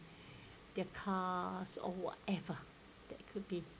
their cars or whatever that could be